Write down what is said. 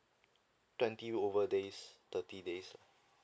twenty over days thirty days